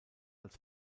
als